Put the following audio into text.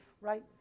right